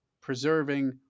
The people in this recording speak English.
preserving